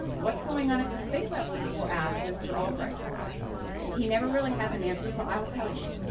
what's going on at the state level, you will ask mr. albright he never really has an answer. so i will tell you,